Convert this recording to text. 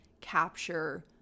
capture